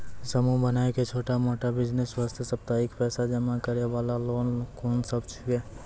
समूह बनाय के छोटा मोटा बिज़नेस वास्ते साप्ताहिक पैसा जमा करे वाला लोन कोंन सब छीके?